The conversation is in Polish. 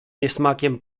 niesmakiem